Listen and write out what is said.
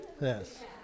Yes